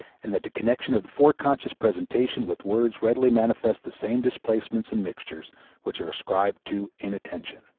and that the connection of the foreconscious presentations with words readily manifest the same displacements and mixtures which are ascribed to inattention.